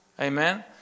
Amen